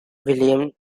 william